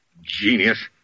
Genius